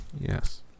Yes